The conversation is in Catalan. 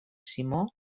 simó